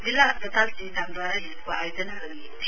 जिल्ला अस्पतल सिङतामदूवारा यसको आयोजना गरिएको थियो